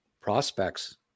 prospects